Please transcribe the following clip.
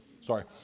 sorry